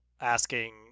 asking